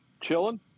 chilling